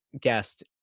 guest